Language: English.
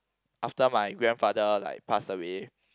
after my grandfather like pass away